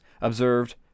observed